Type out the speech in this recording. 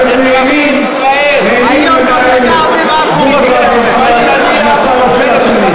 אתם נהנים לנהל דו-קרב עם השר אופיר אקוניס.